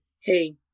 hey